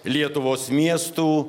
lietuvos miestų